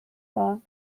war